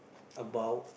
about